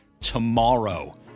tomorrow